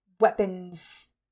weapons